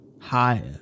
Higher